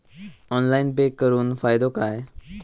Online pay करुन फायदो काय?